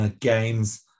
games